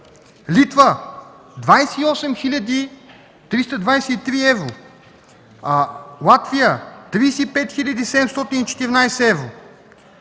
Литва – 28 323 евро; Латвия – 35 714 евро.